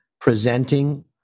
presenting